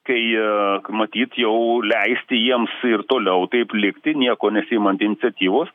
kai matyt jau leisti jiems ir toliau taip likti nieko nesiimant iniciatyvos